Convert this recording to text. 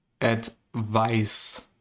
advice